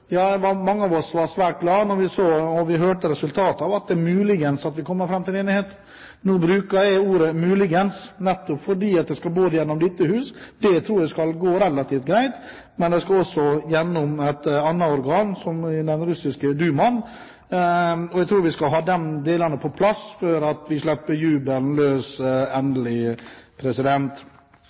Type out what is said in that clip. mange av oss var svært glade da vi hørte resultatet – at vi muligens kommer fram til enighet. Nå bruker jeg ordet muligens fordi det både skal gjennom dette hus – det tror jeg skal gå relativt greit – og gjennom et annet organ, nemlig den russiske dumaen. Jeg tror at vi skal ha det på plass før vi slipper jubelen endelig løs.